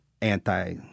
anti